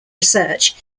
research